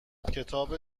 کتاب